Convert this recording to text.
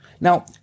Now